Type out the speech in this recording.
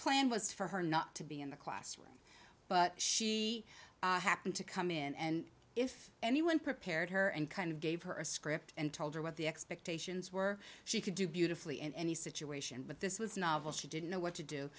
plan was for her not to be in the classroom but she happened to come in and if anyone prepared her and kind of gave her a script and told her what the expectations were she could do beautifully in any situation but this was novel she didn't know what to do